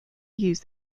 use